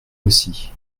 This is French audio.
aussi